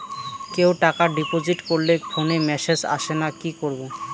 কেউ টাকা ডিপোজিট করলে ফোনে মেসেজ আসেনা কি করবো?